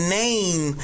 name